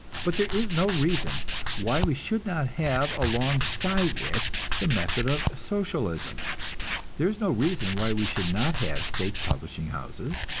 but there is no reason why we should not have along side it the method of socialism there is no reason why we should not have state publishing houses,